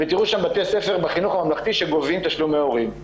ותראו שם בתי ספר בחינוך הממלכתי שגובים תשלומי הורים.